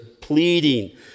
pleading